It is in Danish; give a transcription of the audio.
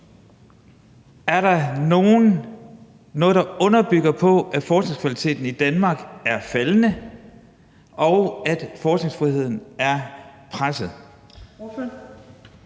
Er der noget, der underbygger, at forskningskvaliteten i Danmark er faldende, og at forskningsfriheden er presset?